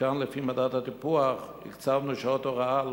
וכאן לפי מדד הטיפוח הקצבנו שעות הוראה,